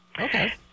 Okay